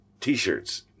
t-shirts